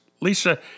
Lisa